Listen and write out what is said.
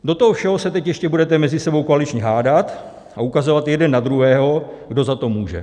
Do toho všeho se teď ještě budete mezi sebou koaličně hádat a ukazovat jeden na druhého, kdo za to může.